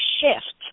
shift